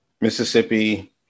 Mississippi